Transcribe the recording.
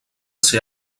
ser